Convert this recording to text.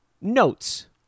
notes